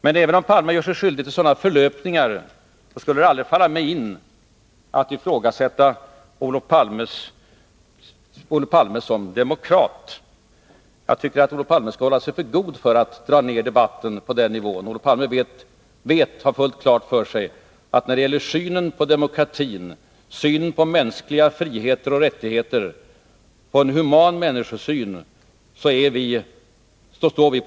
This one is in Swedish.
Men även om Olof Palme gör sig skyldig till sådana förlöpningar skulle det aldrig falla mig in att ifrågasätta Olof Palme som demokrat. Jag tycker att Olof Palme skall hålla sig för god för att dra ned debatten på den nivån. Olof Palme har fullt klart för sig att när det gäller synen på demokratin, på mänskliga frioch rättigheter, på en human människosyn står vi på samma grund.